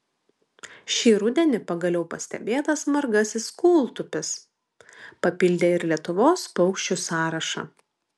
šį rudenį pagaliau pastebėtas margasis kūltupis papildė ir lietuvos paukščių sąrašą